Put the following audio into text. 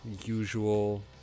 usual